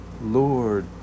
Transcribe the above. Lord